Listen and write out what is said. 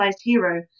hero